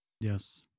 Yes